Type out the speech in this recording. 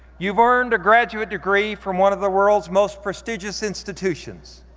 you've earned a graduated degree from one of the world's most prestigious institutions.